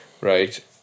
right